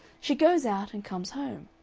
she goes out and comes home.